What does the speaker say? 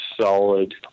solid